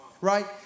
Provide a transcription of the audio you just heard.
Right